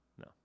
No